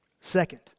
Second